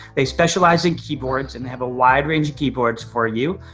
they specialize in keyboards, and they have a wide range of keyboards for you.